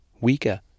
weaker